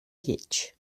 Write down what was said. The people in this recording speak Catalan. lleig